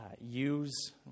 use